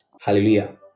Hallelujah